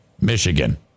Michigan